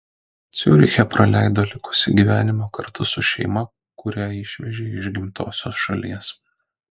ciuriche praleido likusį gyvenimą kartu su šeima kurią išvežė iš gimtosios šalies